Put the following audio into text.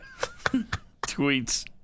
tweets